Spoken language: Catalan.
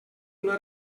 una